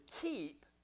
keep